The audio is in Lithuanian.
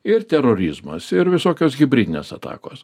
ir terorizmas ir visokios hibridinės atakos